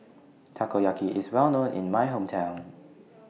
Takoyaki IS Well known in My Hometown